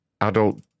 Adult